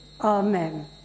Amen